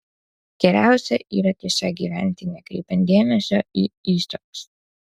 geriausia yra tiesiog gyventi nekreipiant dėmesio į įsakus